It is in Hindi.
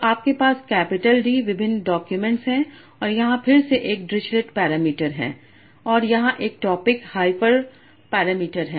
तो आपके पास कैपिटल D विभिन्न डॉक्यूमेंट हैं और यहां फिर से एक डिरिचलेट पैरामीटर है और यहां एक टॉपिक हाइपर पैरामीटर है